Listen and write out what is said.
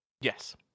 Yes